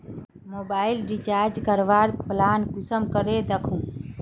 Mobile recharge करवार plan कुंसम करे दखुम?